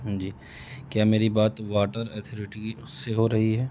جی کیا میری بات واٹر ایتھورٹی سے ہو رہی ہے